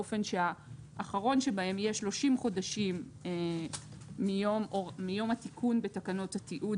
באופן שהאחרון שבהם יהיה 30 חודשים מיום התיקון בתקנות התיעוד.